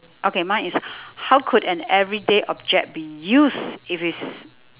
okay mine is how could an everyday object be used if it's